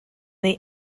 they